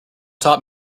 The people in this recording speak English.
top